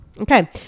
Okay